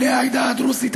בני העדה הדרוזית,